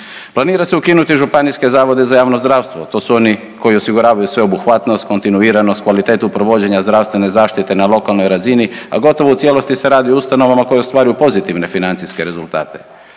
Planira se ukinuti županijske zavode za javno zdravstvo, to su oni koji osiguravaju sveobuhvatnost, kontinuiranost, kvalitetu provođenja zdravstvene zaštite na lokalnoj razini, a gotovo u cijelosti se radi o ustanovama koje ostvaruju pozitivne financijske rezultate.